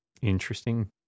Interesting